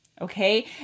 okay